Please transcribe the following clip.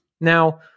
Now